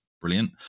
brilliant